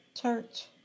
church